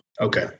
Okay